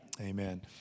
Amen